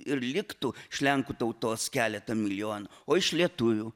ir liktų iš lenkų tautos keleta milijonų o iš lietuvių